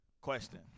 Question